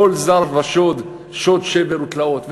עול זר שוד / שוד שבר ותלאות".